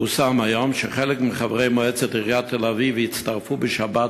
פורסם היום שחלק מחברי מועצת עיריית תל-אביב יצטרפו בשבת